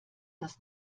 das